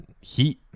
heat